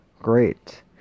Great